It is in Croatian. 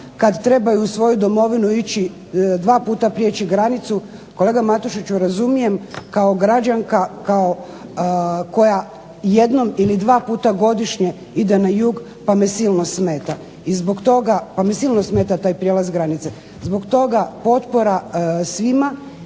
kada trebaju u svoju domovinu ići i dva puta prijeći granicu, kolega Matušiću razumijem kao građanka koja jednom ili dva puta godišnje ide na jug pa me silno smeta taj prijelaz granice. Zbog toga potpora svima